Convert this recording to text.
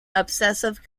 obsessive